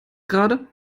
gerade